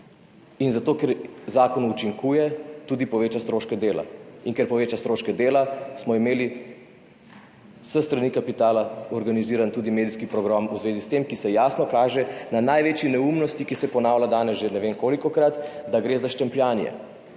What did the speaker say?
in zato, ker zakon učinkuje, tudi poveča stroške dela. Ker poveča stroške dela, smo imeli s strani kapitala organiziran tudi medijski pogrom v zvezi s tem, ki se jasno kaže v največji neumnosti, ki se ponavlja danes že ne vem kolikokrat, da gre za štempljanje.